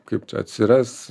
kaip čia atsiras